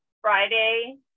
Friday